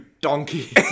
donkey